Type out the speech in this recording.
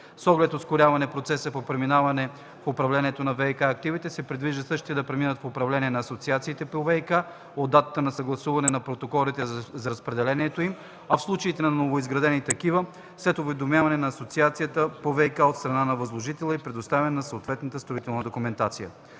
С оглед ускоряване процеса по преминаване в управление на ВиК активите се предвижда същите да преминат в управление на Асоциацията по ВиК от датата на съгласуване на протоколите за разпределението им, а в случаите на новоизградени такива - след уведомяването на Асоциацията по ВиК от страна възложителя и предоставянето на съответната строителна документация.